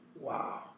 Wow